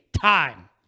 time